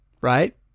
Right